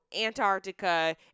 Antarctica